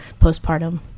postpartum